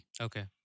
Okay